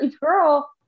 girl